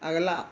अगला